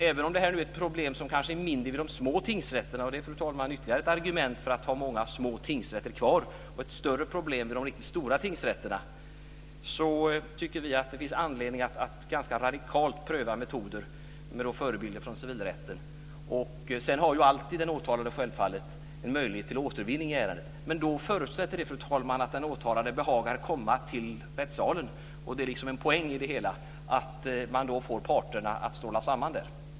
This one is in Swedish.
Även om det är ett problem som kanske är mindre vid de små tingsrätterna - och det är, fru talman, ett ytterligare argument för att ha många små tingsrätter kvar - och ett större problem vid de riktigt stora tingsrätterna, tycker vi att det finns anledning att ganska radikalt pröva metoder med förebilder från civilrätten. Den åtalade har självfallet alltid möjlighet till återvinning i ärendet, men det förutsätter, fru talman, att den åtalade behagar komma till rättssalen. Det är en poäng i detta att parterna då får stråla samman där.